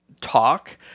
talk